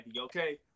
okay